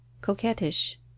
coquettish